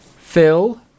Phil